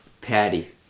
Patty